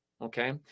Okay